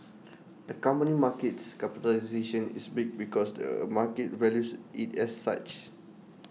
A company markets capitalisation is big because the market values IT as such